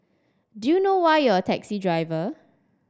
do you know why you're a taxi driver